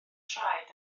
traed